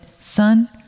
Son